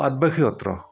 Patbausi Satra